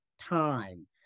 time